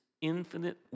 infinite